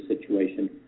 situation